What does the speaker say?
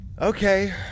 Okay